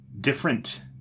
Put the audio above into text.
different